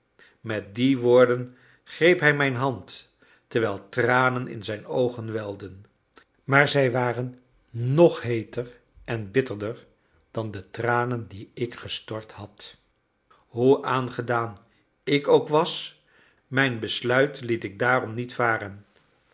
met die woorden greep hij mijn hand terwijl tranen in zijn oogen welden maar zij waren nog heeter en bitterder dan de tranen die ik gestort had hoe aangedaan ik ook was mijn besluit liet ik daarom niet varen